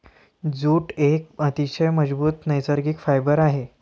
jute एक अतिशय मजबूत नैसर्गिक फायबर आहे